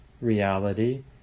reality